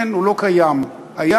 אין, הוא לא קיים, היה